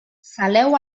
saleu